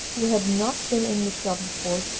who had not been in the shop before,